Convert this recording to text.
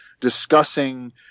discussing